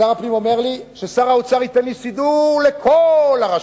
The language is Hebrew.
שר הפנים אומר לי: ששר האוצר ייתן לי סידור לכל הרשויות.